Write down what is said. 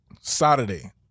Saturday